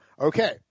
Okay